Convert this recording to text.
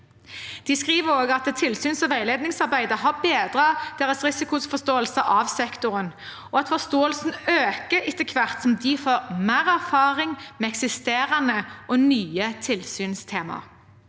De skriver også at tilsyns- og veiledningsarbeidet har bedret deres risikoforståelse av sektoren, og at forståelsen øker etter hvert som de får mer erfaring med eksisterende og nye tilsynstemaer.